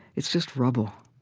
it's just rubble.